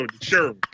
Sure